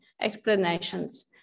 explanations